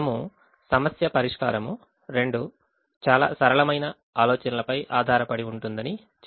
మనము సమస్య పరిష్కారం రెండు చాలా సరళమైన ఆలోచనలపై ఆధారపడి ఉంటుందని చెప్పాము